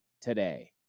today